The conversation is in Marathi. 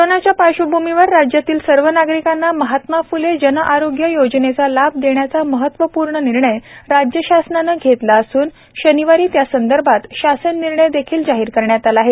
कोरोनाच्या पार्श्वभूमीवर राज्यातील सर्व नागरिकांना महात्मा फूले जन आरोग्य योजनेचा लाभ देण्याचा महत्वपूर्ण निर्णय राज्य शासनाने घेतला असून शनिवारी त्यासंदर्भात शासन निर्णय देखील जाहीर करण्यात आला आहे